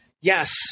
Yes